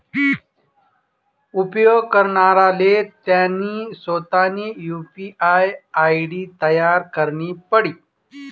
उपेग करणाराले त्यानी सोतानी यु.पी.आय आय.डी तयार करणी पडी